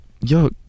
Yo